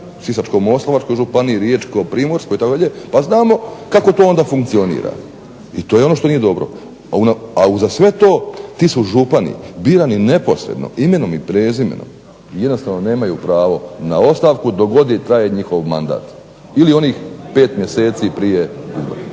Sisačko-moslavačkoj županiji, Riječko-primorskoj itd., znamo kako to funkcionira i to je ono što nije dobro, a uza sve to ti su župani birani neposredno imenom i prezimenom, jednostavno nemaju pravo na ostavku dok god traje njihov mandat. Ili onih 5 mjeseci prije.